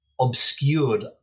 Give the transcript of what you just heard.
obscured